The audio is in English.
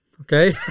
okay